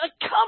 Come